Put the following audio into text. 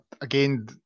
again